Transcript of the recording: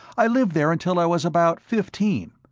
i lived there until i was about fifteen,